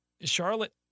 Charlotte